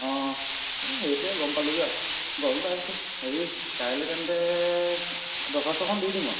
অঁ এ এইটোৱে গম পালোঁগৈ আৰু গম পাইছোঁ হেৰি কাইলৈ তেন্তে দৰ্খাস্তখন দি দিম